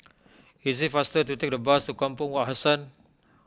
it is faster to take the bus to Kampong Wak Hassan